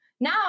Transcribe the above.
now